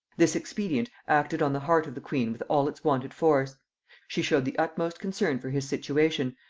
this expedient acted on the heart of the queen with all its wonted force she showed the utmost concern for his situation,